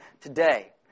today